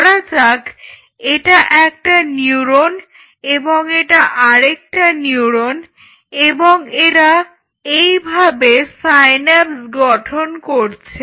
ধরা যাক এটা একটা নিউরন এবং এটা আরেকটা নিউরন এবং এরা এইভাবে সাইন্যাপস গঠন করেছে